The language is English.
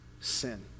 sin